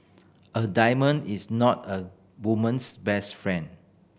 a diamond is not a woman's best friend